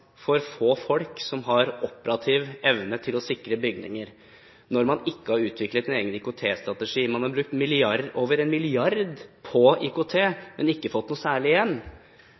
for få folk med operativ evne til å sikre bygninger, når man ikke har utviklet en egen IKT-strategi, når man har brukt over en milliard på IKT, men ikke fått noe særlig igjen